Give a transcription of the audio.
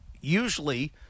usually